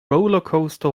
rollercoaster